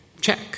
check